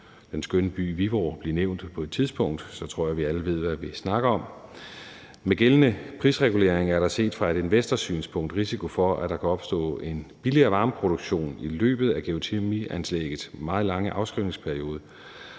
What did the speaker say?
den skønne by Viborg blive nævnt på et tidspunkt, og så tror jeg, vi alle ved, hvad vi snakker om. Med den gældende prisregulering er der set fra et investorsynspunkt en risiko for, at der kan opstå en billigere varmeproduktion i løbet af geotermianlæggets meget lange afskrivningsperiode,